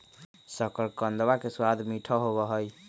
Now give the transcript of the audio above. शकरकंदवा के स्वाद मीठा होबा हई